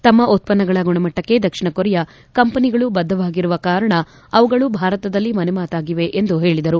ತಮ್ನ ಉತ್ಪನ್ನಗಳ ಗುಣಮಟ್ಟಕ್ಕೆ ದಕ್ಷಿಣ ಕೊರಿಯಾ ಕಂಪನಿಗಳು ಬದ್ದವಾಗಿರುವ ಕಾರಣ ಅವುಗಳು ಭಾರತದಲ್ಲಿ ಮನೆ ಮಾತಾಗಿವೆ ಎಂದು ಹೇಳಿದರು